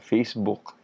Facebook